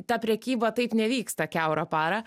ta prekyba taip nevyksta kiaurą parą